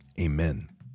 Amen